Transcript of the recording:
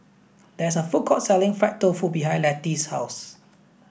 there is a food court selling fried tofu behind Lettie's house